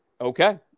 Okay